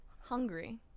hungry